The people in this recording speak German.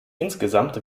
insgesamt